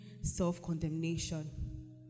self-condemnation